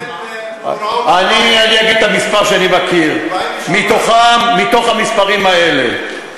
זה כולל במאורעות אני אגיד את המספר שאני מכיר: מהמספרים האלה,